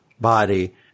body